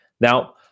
Now